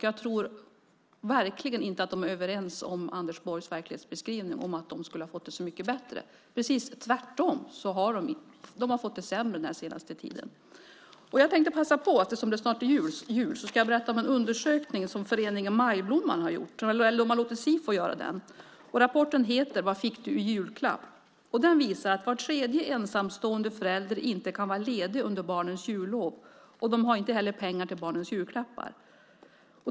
Jag tror verkligen inte att de delar Anders Borgs verklighetsbeskrivning att de skulle ha fått det så mycket bättre. Det är precis tvärtom. De har fått det sämre den senaste tiden. Jag tänkte passa på eftersom det snart är jul. Jag ska berätta om en undersökning som föreningen Majblomman har låtit Sifo göra. Rapporten heter Vad fick du i julklapp? Den visar att var tredje ensamstående förälder inte kan vara ledig under barnens jullov. De har inte heller pengar till barnens julklappar.